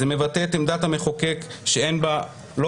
זה מבטא את עמדת המחוקק שאין בה לא